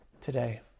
today